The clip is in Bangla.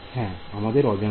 হ্যাঁ বেড়ে গেল